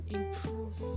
improve